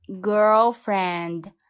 girlfriend